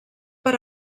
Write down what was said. per